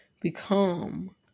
become